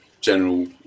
general